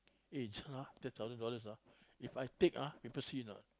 eh this one ah ten thousand ah If I take ah people see not